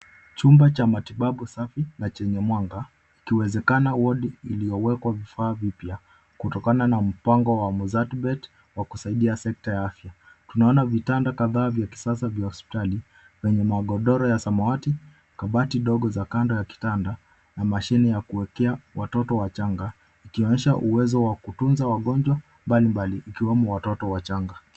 Chumba cha matibabu safi na chenye mwanga ikiwezekana wodi iliyowekwa vifaa vipya kutokana na mpango wa Mozzartbet kusaidia sekta ya afya. Tunaona vitanda kadhaa vya kisasa vya hospitali vyenye magodoro ya samawati, kabati dogo za kando ya kitanda na mashine ya kuwekea watoto wachanga ikionyesha uwezo wa kutunza wagonjwa mbalimbali ikiwemo watoto wachanga.